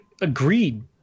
agreed